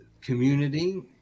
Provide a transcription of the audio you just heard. community